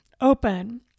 open